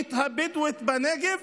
הערבית הבדואית בנגב,